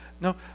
No